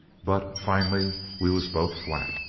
but finally we was both flat.